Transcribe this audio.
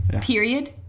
Period